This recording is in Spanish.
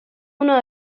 uno